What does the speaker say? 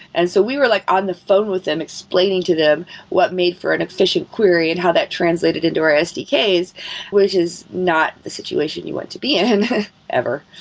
and so we were like on the phone with them explaining to them what made for an efficient query and how that translated into our sdks, which is not the situation you want to be in ever